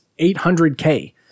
800k